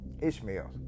Ishmael